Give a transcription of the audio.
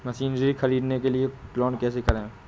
Machinery ख़रीदने के लिए लोन कैसे करें?